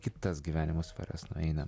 kitas gyvenimo sferas nueina